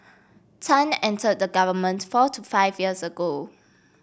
Tan enter the government four to five years ago